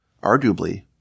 Arguably